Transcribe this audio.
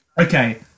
okay